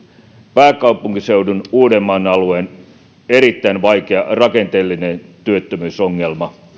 pääkaupunkiseudun uudenmaan alueen erittäin vaikean rakenteellisen työttömyysongelman